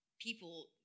people